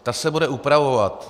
Ta se bude upravovat.